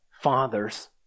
fathers